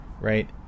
right